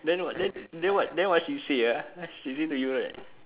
then what then then what then what she say ah she say to you right